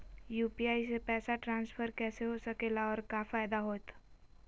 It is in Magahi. यू.पी.आई से पैसा ट्रांसफर कैसे हो सके ला और का फायदा होएत?